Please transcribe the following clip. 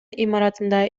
имаратында